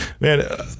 man